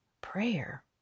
prayer